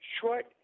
short